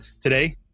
today